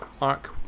Mark